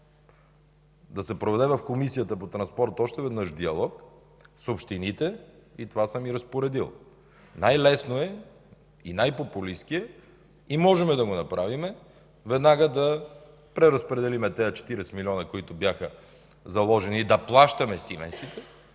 да се проведе още веднъж диалог с общините. Това съм и разпоредил. Най-лесно е и най-популистки, и можем да го направим, веднага да преразпределим тези 40 милиона, които бяха заложени да плащаме мотрисите